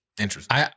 Interesting